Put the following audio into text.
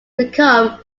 become